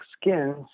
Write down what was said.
skins